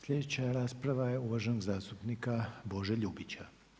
Sljedeća rasprava je uvaženog zastupnika Bože Ljubića.